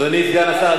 אדוני סגן השר,